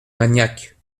maniaque